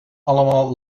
allemaal